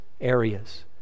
areas